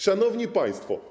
Szanowni Państwo!